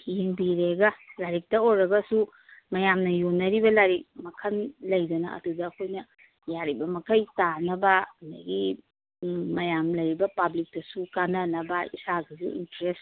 ꯌꯦꯡꯕꯤꯔꯦꯒ ꯂꯥꯏꯔꯤꯛꯇ ꯑꯣꯏꯔꯒꯁꯨ ꯃꯌꯥꯝꯅ ꯌꯣꯟꯅꯔꯤꯕ ꯂꯥꯏꯔꯤꯛ ꯃꯈꯟ ꯂꯩꯗꯅ ꯑꯗꯨꯗ ꯑꯩꯈꯣꯏꯅ ꯌꯥꯔꯤꯕ ꯃꯈꯩ ꯇꯥꯅꯕ ꯑꯗꯒꯤ ꯃꯌꯥꯝ ꯂꯩꯔꯤꯕ ꯄꯥꯕ꯭ꯂꯤꯛꯇꯁꯨ ꯀꯥꯟꯅꯅꯕ ꯏꯁꯥꯒꯤꯁꯨ ꯏꯟꯇ꯭ꯔꯦꯁ